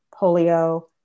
polio